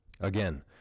again